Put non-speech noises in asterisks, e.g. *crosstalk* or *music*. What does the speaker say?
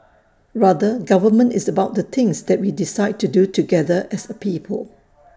rather government is about the things that we decide to do together as *noise* A people